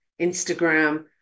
Instagram